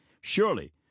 surely